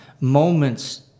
moments